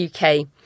uk